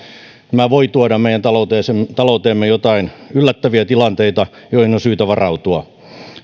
nämä voivat tuoda meidän talouteemme joitain yllättäviä tilanteita joihin on syytä varautua